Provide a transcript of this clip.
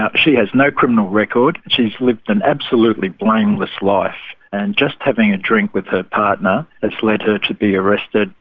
ah she has no criminal record, she's lived an absolutely blameless life, and just having a drink with her partner has led her to be arrested,